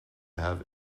have